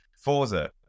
Forza